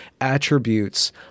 attributes